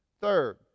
Third